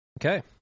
Okay